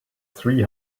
three